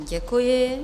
Děkuji.